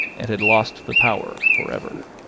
and had lost the power for ever.